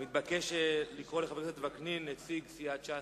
אני מזמין את חבר הכנסת וקנין, נציג סיעת ש"ס.